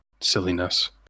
silliness